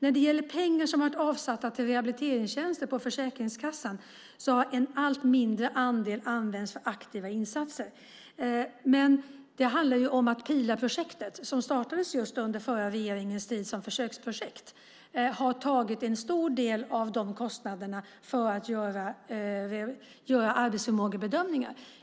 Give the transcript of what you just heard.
Av de pengar som har varit avsatta till rehabiliteringstjänster på Försäkringskassan har en allt mindre andel använts för aktiva insatser. Men det handlar om att Pilaprojektet, som startades under den förra regeringens tid som försöksprojekt, har tagit en stor del av de kostnaderna för att göra arbetsförmågebedömningar.